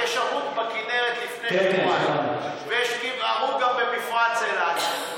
כי היה הרוג בכינרת לפני שבועיים ויש הרוג גם במפרץ אילת.